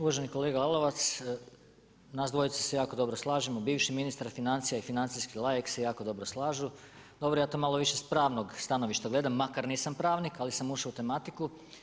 Uvaženi kolega Lalovac, nas dvojica se jako dobro slažemo, bivši ministar financija i financijski laik se jako dobro slažu, dobro ja to malo više s pravnog stanovišta to gledam, makar nisam pravnik, ali sam ušao u tematiku.